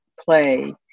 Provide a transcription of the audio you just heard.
play